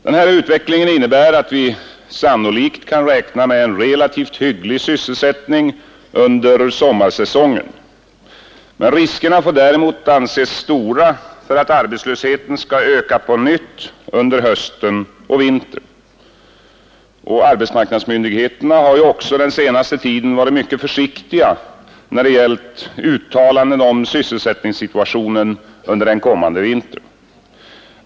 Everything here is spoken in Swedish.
Den här utvecklingen innebär att vi sannolikt kan räkna med en relativt hygglig sysselsättning under sommarsäsongen. Riskerna får däremot anses stora för att arbetslösheten skall öka på nytt under hösten och vintern. Arbetsmarknadsmyndigheterna har ju också under den senaste tiden varit mycket försiktiga när det gällt uttalanden om sysselsättningssituationen under den kommande vintern.